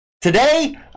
Today